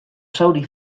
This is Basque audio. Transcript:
zauri